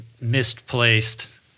misplaced